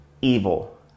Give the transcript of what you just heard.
evil